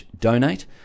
donate